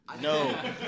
No